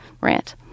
rant